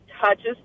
touches